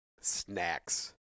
Snacks